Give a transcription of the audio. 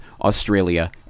Australia